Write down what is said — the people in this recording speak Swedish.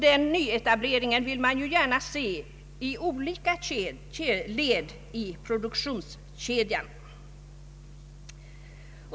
Den nyetableringen vill man gärna se i olika led av produktionskedjan.